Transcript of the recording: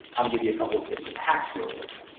i'm giving you a couple of tips and hacks real quick.